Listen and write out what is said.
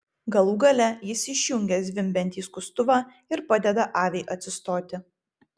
galų gale jis išjungia zvimbiantį skustuvą ir padeda aviai atsistoti